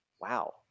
wow